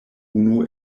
unu